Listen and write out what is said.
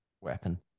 Weapon